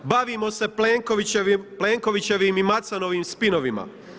Bavimo se Plenkovićevim i Macanovim spinovima.